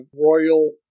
royal